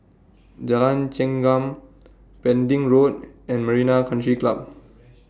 Jalan Chengam Pending Road and Marina Country Club